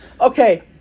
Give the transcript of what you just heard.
Okay